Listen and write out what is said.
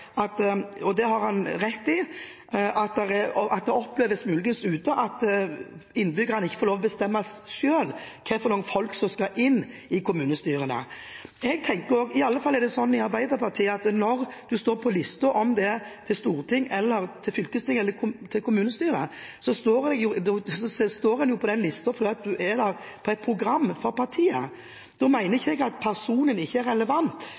det muligens oppleves slik ute at innbyggerne ikke får lov til å bestemme selv hvilke folk som skal inn i kommunestyrene. Det er i alle fall slik i Arbeiderpartiet at når en står på en liste, om det er til storting eller til fylkesting eller til kommunestyre, så står en på den listen fordi en er der på et program for partiet. Jeg mener ikke at personen ikke er relevant,